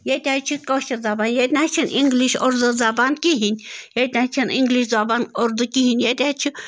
ییٚتہِ حظ چھِ کٲشِر زبان ییٚتہِ نہٕ حظ چھِنہٕ اِنٛگلِش اُردو زبان کِہیٖنٛۍ ییٚتہِ حظ چھِنہٕ اِنٛگلِش زبان اُردو کِہیٖنٛۍ ییٚتہِ حظ چھِ